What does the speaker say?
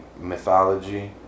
mythology